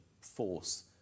force